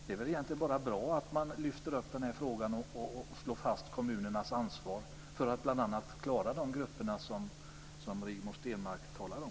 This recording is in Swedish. Det är väl bara bra att man lyfter fram den här frågan och slår fast kommunernas ansvar för att klara de grupper som Rigmor Stenmark talar om.